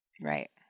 right